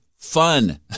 Fun